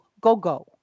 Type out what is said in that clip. Gogo